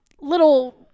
little